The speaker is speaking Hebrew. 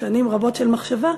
שנים רבות של מחשבה,